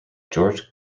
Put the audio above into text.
george